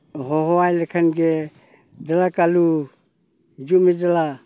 ᱦᱚᱦᱚᱣᱟᱭ ᱞᱮᱠᱷᱟᱱ ᱜᱮ ᱫᱮᱞᱟ ᱠᱟᱞᱩ ᱦᱤᱡᱩᱜ ᱢᱮ ᱫᱮᱞᱟ